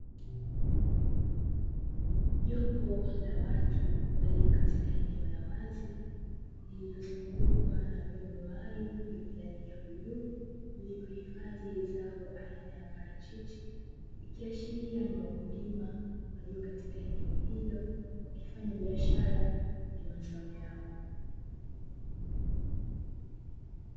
Jopo la watu walio katika eneo la wazi waliovalia mavazi la ya bluu, wakifanya biashara aina ya parachichi ikiashiria ni wakulima wenyewe katika eneo hilo wakifanya biashara ya mazao yao.